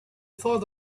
thought